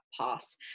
pass